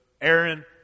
Aaron